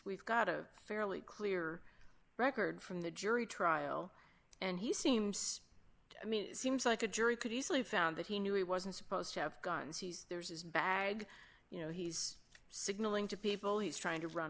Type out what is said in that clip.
we've got a fairly clear record from the jury trial and he seems i mean it seems like a jury could easily found that he knew he wasn't supposed to have guns there's a bag you know he's signaling to people he's t